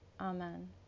Amen